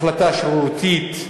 החלטה שרירותית,